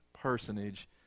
personage